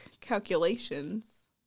calculations